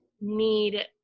Need